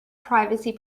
privacy